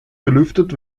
belüftet